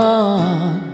on